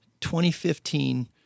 2015